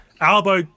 Albo